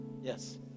Yes